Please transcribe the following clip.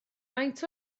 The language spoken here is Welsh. faint